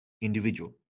individual